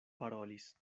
parolis